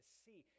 see